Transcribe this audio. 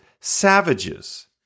savages